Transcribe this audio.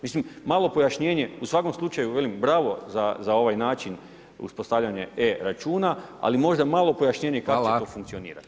Mislim malo pojašnjenje u svakom slučaju, velim bravo za ovaj način uspostavljanje e-Računa, ali možda malo pojašnjenje kako će to funkcionirati.